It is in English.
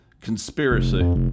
conspiracy